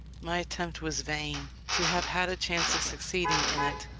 my attempt was vain. to have had a chance of succeeding in it,